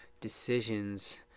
decisions